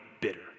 bitter